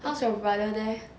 how's your brother there